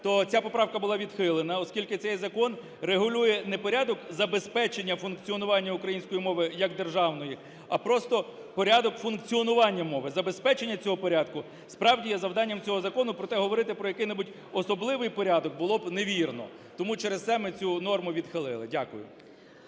то ця поправка була відхилена, оскільки цей закон регулює не порядок забезпечення функціонування української мови як державної, а просто порядок функціонування мови. Забезпечення цього порядку, справді, є завданням цього закону. Проте говорити про який-небудь особливий порядок було б невірно. Тому через це ми цю норму відхилили. Дякую.